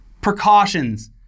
precautions